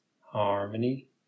harmony